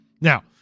Now